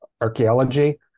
archaeology